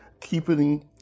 keeping